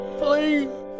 please